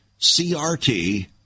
CRT